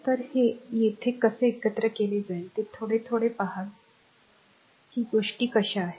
तर हे येथे कसे एकत्र केले जाईल ते थोडे थोडे थोडेच पहाल की गोष्टी कशा आहेत